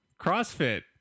CrossFit